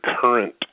current